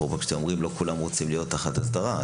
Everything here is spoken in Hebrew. אפרופו כשאתם אומרים שלא כולם רוצים להיות תחת הסדרה,